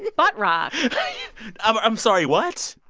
butt rock i'm sorry, what?